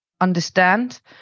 understand